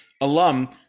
alum